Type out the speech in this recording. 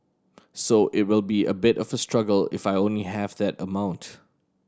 so it will be a bit of a struggle if I only have that amount